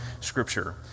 Scripture